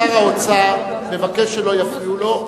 שר האוצר מבקש שלא יפריעו לו,